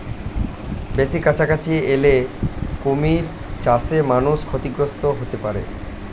বেশি কাছাকাছি এলে কুমির চাষে মানুষ ক্ষতিগ্রস্ত হতে পারে